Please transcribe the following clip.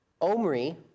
Omri